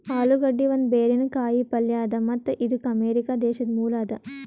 ಆಲೂಗಡ್ಡಿ ಒಂದ್ ಬೇರಿನ ಕಾಯಿ ಪಲ್ಯ ಅದಾ ಮತ್ತ್ ಇದು ಅಮೆರಿಕಾ ದೇಶದ್ ಮೂಲ ಅದಾ